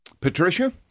Patricia